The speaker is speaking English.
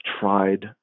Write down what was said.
tried